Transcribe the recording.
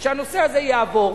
שהנושא הזה יעבור,